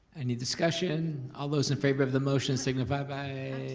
any discussion? all those in favor of the motion signify by